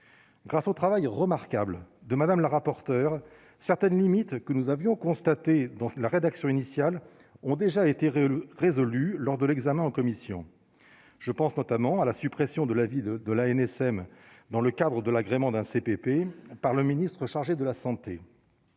grâce au travail remarquable de Madame la rapporteure certaines limites que nous avions constaté dans la rédaction initiale ont déjà été résolus lors de l'examen en commission, je pense notamment à la suppression de la vie de de l'ANSM dans le cadre de l'agrément d'un CPP par le ministre chargé de la santé,